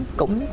cũng